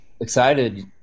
excited